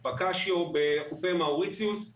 "וואקשיו" בחופי מאוריציוס,